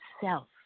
self